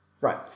right